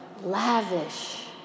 lavish